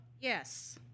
yes